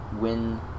win